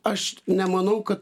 aš nemanau kad